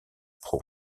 pro